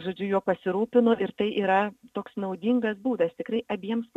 žodžiu juo pasirūpinu ir tai yra toks naudingas būdas tikrai abiems